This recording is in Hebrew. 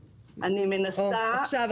בבקשה.